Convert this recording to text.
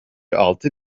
altı